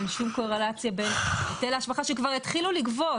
אין שום קורלציה בין היטל ההשבחה שכבר התחילו לגבות,